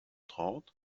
trente